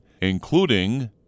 including